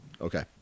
okay